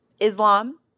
Islam